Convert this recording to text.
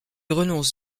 renonce